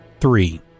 three